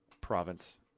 province